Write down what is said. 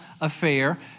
affair